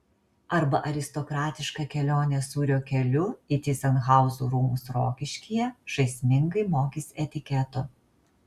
arba aristokratiška kelionė sūrio keliu į tyzenhauzų rūmus rokiškyje žaismingai mokys etiketo